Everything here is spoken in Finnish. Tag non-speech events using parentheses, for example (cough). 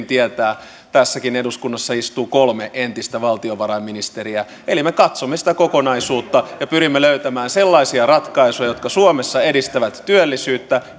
(unintelligible) tietää tässäkin eduskunnassa istuu kolme entistä valtiovarainministeriä katsomme sitä kokonaisuutta ja pyrimme löytämään sellaisia ratkaisuja jotka suomessa edistävät työllisyyttä (unintelligible)